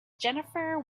jennifer